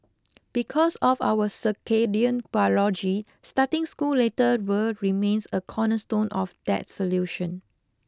because of our circadian biology starting school later remains a cornerstone of that solution